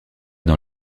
dans